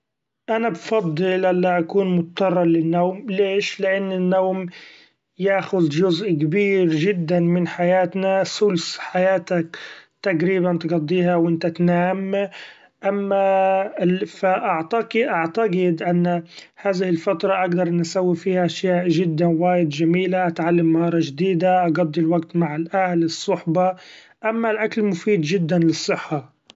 أنا بفضل ألا اكون مضطرا للنوم ليش ؛ لأنو النوم ياخذ جزء كبير جدا من حياتنا ثلث حياتك تقريبا تقضيها و أنت تنام ، أما ف أعتقد أن هذه الفترة اقدر إني اسوي فيها اشياء جدا وايد جميلة ، اتعلم مهارة جديدة ، أقضي الوقت مع الأهل الصحبة ، أما الأكل مفيد جدا للصحه.